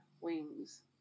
wings